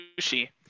sushi